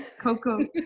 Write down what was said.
Coco